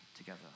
together